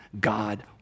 God